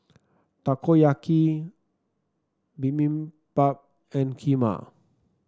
Takoyaki Bibimbap and Kheema